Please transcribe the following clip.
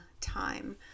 time